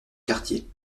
quartier